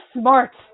smart